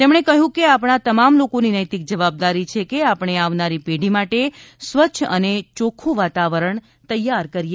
તેમણે કહ્યું કે આપણા તમામ લોકોની નૈતિક જવાબદારી છે કે આપણે આવનારી પેઢી માટે સ્વચ્છ અને ચોખ્ખું વાતાવરણ તૈયાર કરીએ